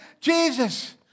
Jesus